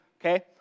okay